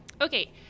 Okay